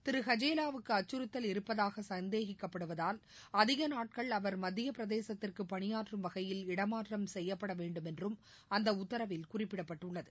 திருஹஜேவாவுக்குஅச்சுறுத்தல் இருப்பதாகசந்தேகிக்கப்படுவதால் அதிகநாட்கள் அவர் மத்தியப் பிரதேசத்திற்குபணியாற்றும் வகையில் இடமாற்றம் செய்யப்படவேண்டும் என்றம் அந்தஉத்தாவில் குறிப்பிடப்பட்டுள்ளது